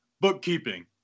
bookkeeping